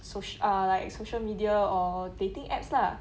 social uh like social media or dating apps lah